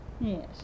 Yes